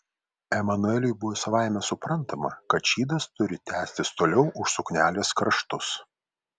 emanueliui buvo savaime suprantama kad šydas turi tęstis toliau už suknelės kraštus